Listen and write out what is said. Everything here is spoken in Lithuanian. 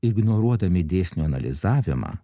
ignoruodami dėsnių analizavimą